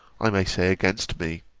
i may say against me